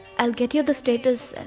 i will get you the status.